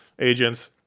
agents